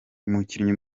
umukinnyi